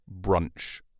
brunch